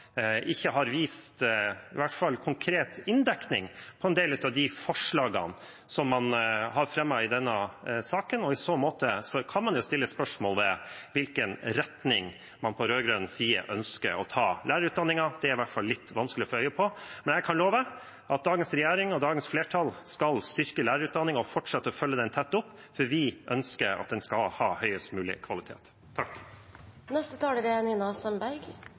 ikke har vist i hvert fall konkret inndekning på en del av de forslagene som man har fremmet i denne saken. I så måte kan man stille spørsmål om i hvilken retning man på rød-grønn side ønsker å ta lærerutdanningen. Det er i hvert fall litt vanskelig å få øye på. Men jeg kan love at dagens regjering og dagens flertall skal styrke lærerutdanningen og fortsette å følge den tett opp, for vi ønsker at den skal ha høyest mulig kvalitet. Representanten Nina Sandberg